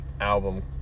album